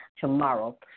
tomorrow